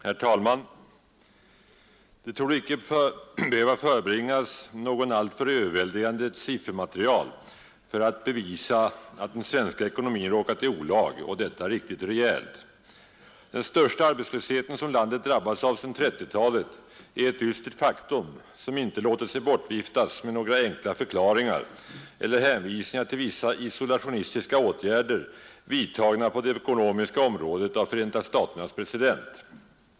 Herr talman! Det torde icke behöva förebringas något alltför överväldigande siffermaterial för att bevisa att den svenska ekonomin råkat i olag och detta riktigt rejält. Den största arbetslösheten som landet drabbats av sedan 1930-talet är ett dystert faktum, som inte låter sig bortviftas med några enkla förklaringar eller hänvisningar till vissa isolationistiska åtgärder vidtagna på det ekonomiska området av Förenta staternas president.